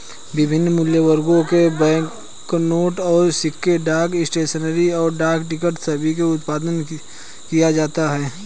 विभिन्न मूल्यवर्ग के बैंकनोट और सिक्के, डाक स्टेशनरी, और डाक टिकट सभी का उत्पादन किया जाता है